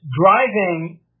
driving